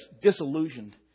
disillusioned